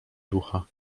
ducha